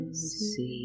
see